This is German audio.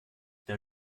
der